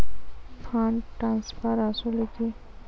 Fund transfer আসলে কী?